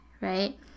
right